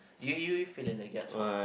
you you you fill in the gaps what